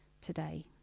today